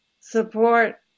support